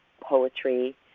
poetry